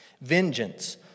Vengeance